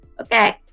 Okay